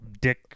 dick